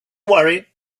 worry